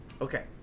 Okay